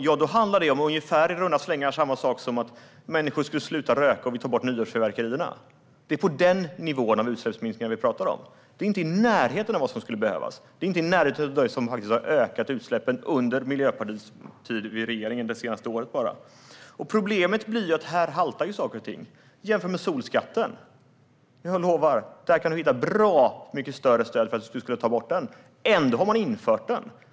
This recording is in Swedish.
Det skulle vara ungefär samma sak som att människor skulle sluta röka om vi tog bort nyårsfyrverkerierna. Det är den nivå av utsläppsminskningar som vi pratar om. Det är inte i närheten av vad som skulle behövas. Det är inte i närheten av hur utsläppen har ökat under Miljöpartiets tid i regeringen, bara det senaste året. Problemet blir att saker och ting haltar. Jämför med solskatten! Jag lovar att du kan hitta mycket större stöd för att ta bort den. Ändå har man infört den.